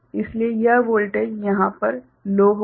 इसलिए यह वोल्टेज यहाँ पर लो होगा